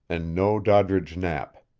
and no doddridge knapp.